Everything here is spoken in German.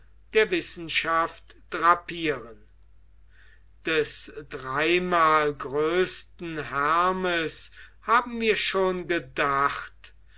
der wissenschaft drapieren des dreimal größten hermes haben wir schon gedacht